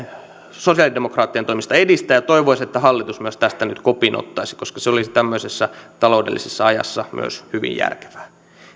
sosialidemokraattien toimesta edistää ja toivoisin että hallitus myös tästä nyt kopin ottaisi koska se olisi tämmöisessä taloudellisessa ajassa myös hyvin järkevää